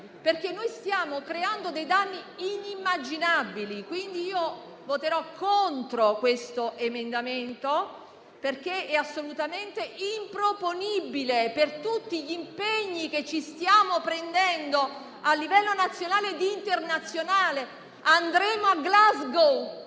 incendi. Stiamo creando danni inimmaginabili, colleghi, ragion per cui voterò contro questo emendamento perché è assolutamente improponibile per tutti gli impegni che ci stiamo prendendo a livello nazionale e internazionale. Andremo a Glasgow